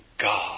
God